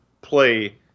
play